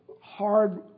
hard